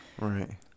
right